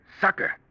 Sucker